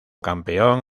campeón